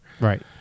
Right